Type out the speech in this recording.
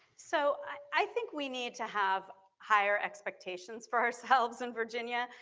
so i think we need to have higher expectations for ourselves in virginia.